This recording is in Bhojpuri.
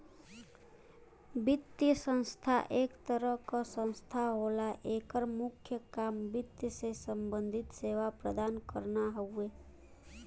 वित्तीय संस्था एक तरह क संस्था होला एकर मुख्य काम वित्त से सम्बंधित सेवा प्रदान करना हउवे